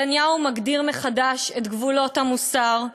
נתניהו מגדיר מחדש את גבולות המוסר.